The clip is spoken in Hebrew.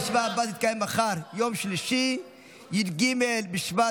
הישיבה הבאה תתקיים מחר, יום שלישי י"ג בשבט